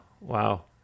wow